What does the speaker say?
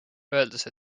öeldes